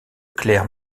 clerc